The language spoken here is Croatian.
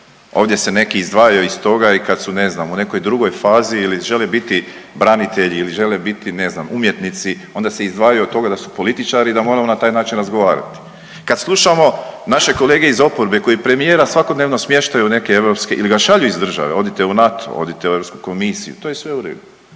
Ovdje se neki izdvajaju iz toga i kad su ne znam u nekoj drugoj fazi ili žele biti branitelji ili žele biti ne znam umjetnici onda se izdvajaju od toga da su političari i da moramo na taj način razgovarati. Kad slušamo naše kolege iz oporbe koji premijera svakodnevno smještaju u neke europske ili ga šalju iz države odite u NATO-o odite u Europsku komisiju to je sve u redu,